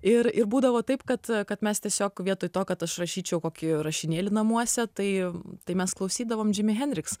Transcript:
ir ir būdavo taip kad kad mes tiesiog vietoj to kad aš rašyčiau kokį rašinėlį namuose tai tai mes klausydavom džimi henriks